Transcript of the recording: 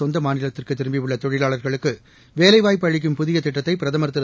சொந்த மாநிலத்திற்கு திரும்பியுள்ள தொழிலாளர்களுக்கு வேலைவாய்ப்பு அளிக்கும் புதிய திட்டத்தை பிரதமர் திரு